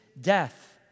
death